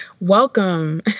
Welcome